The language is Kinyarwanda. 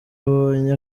abonye